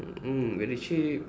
mm very cheap